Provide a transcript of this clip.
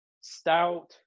stout